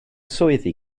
swyddi